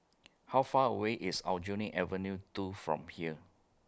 How Far away IS Aljunied Avenue two from here